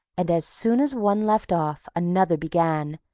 and as soon as one left off, another began,